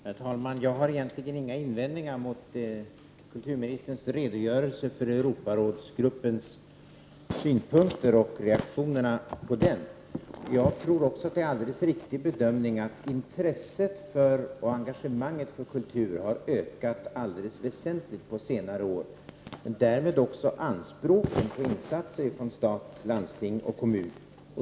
Herr talman! Jag har egentligen inga invändningar mot kulturministerns redogörelse för Europarådsgruppens synpunkter och reaktionerna på dessa. Även jag tror att det är en alldeles riktig bedömning att intresset och engagemanget för kulturen på senare år har ökat väsentligt. Därmed har också anspråken på insatser från stat, landsting och kommuner ökat.